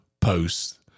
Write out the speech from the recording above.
posts